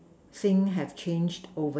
think have change over